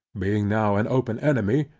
being now an open enemy,